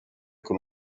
con